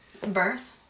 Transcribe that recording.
Birth